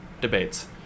debates